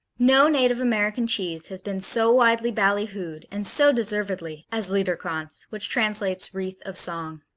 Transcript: no native american cheese has been so widely ballyhooed, and so deservedly, as liederkranz, which translates wreath of song.